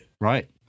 Right